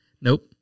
Nope